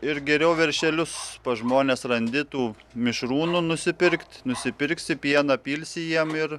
ir geriau veršelius pas žmones randi tų mišrūnų nusipirkt nusipirksi pieną pilsi jiem ir